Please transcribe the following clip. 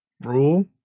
Rule